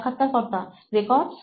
সাক্ষাৎকারকর্তা রেকর্ডস